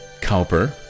Cowper